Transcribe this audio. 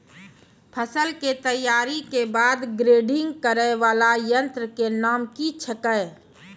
फसल के तैयारी के बाद ग्रेडिंग करै वाला यंत्र के नाम की छेकै?